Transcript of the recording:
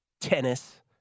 tennis